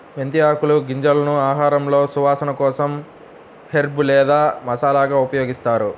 మెంతి ఆకులు, గింజలను ఆహారంలో సువాసన కోసం హెర్బ్ లేదా మసాలాగా ఉపయోగిస్తారు